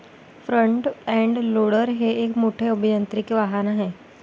front end loader हे एक मोठे अभियांत्रिकी वाहन आहे